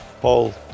Paul